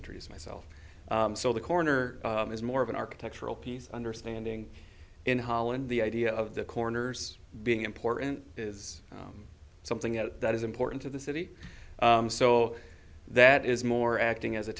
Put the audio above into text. introduce myself so the corner is more of an architectural piece understanding in holland the idea of the corners being important is something that is important to the city so that is more acting as a